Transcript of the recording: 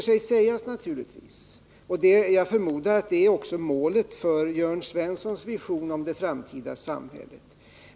Detta låter sig naturligtvis sägas, och jag förmodar att detta också är Jörn Svenssons vision om det framtida samhället.